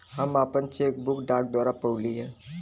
हम आपन cheque book डाक द्वारा पउली है